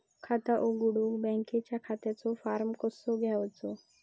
खाता उघडुक बँकेच्या खात्याचो फार्म कसो घ्यायचो?